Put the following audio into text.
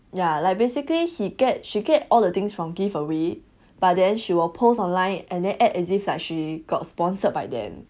ya like basically he get she get all the things from give away but then she will post online and then act as if like she got sponsored by them